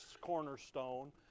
cornerstone